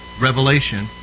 revelation